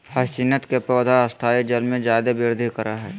hyacinth के पौधा स्थायी जल में जादे वृद्धि करा हइ